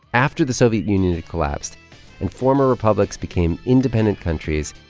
after the soviet union collapsed and former republics became independent countries,